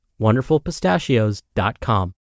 wonderfulpistachios.com